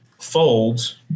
folds